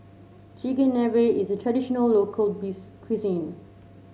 Chigenabe is a traditional local cuisine